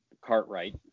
cartwright